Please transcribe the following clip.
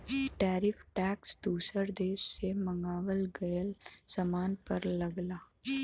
tariff tax दूसर देश से मंगावल गयल सामान पर लगला